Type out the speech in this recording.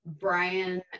Brian